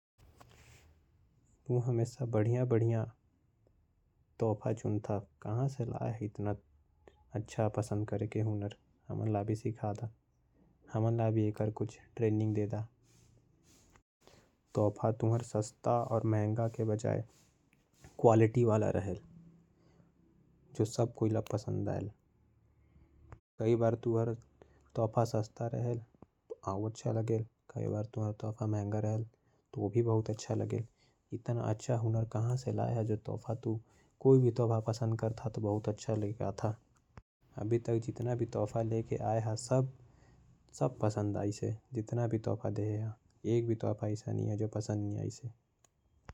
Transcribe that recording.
तू हमेशा बढ़िया बढ़िया तोहफा चुनथा कहा से लाय ह इतना बढ़िया हुनर हमन ला भी सिखा दा। हमन ला भी कुछ ट्रेनिंग दे दा तोहर तोहफा। बहुत अच्छा क्वालिटी के रहेल चाहे महंगा हो या सस्ता। अभी तक जितना तोहफा लाए है सब पसंद आएल। जितना भी तोहफा लाय ह सब बढ़िया है।